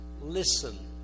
listen